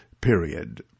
period